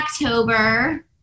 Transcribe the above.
October